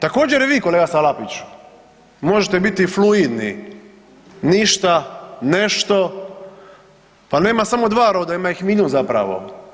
Također i vi kolega Salapiću možete biti fluidni, ništa, nešto, pa nema samo dva roda, ima ih milijun zapravo.